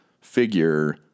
figure